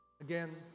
Again